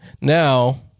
Now